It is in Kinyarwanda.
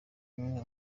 umwe